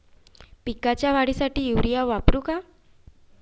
पिकाच्या वाढीसाठी युरिया वापरू का?